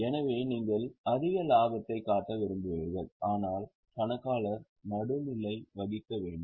எனவே நீங்கள் அதிக லாபத்தைக் காட்ட விரும்புவீர்கள் ஆனால் கணக்காளர் நடுநிலை வகிக்க வேண்டும்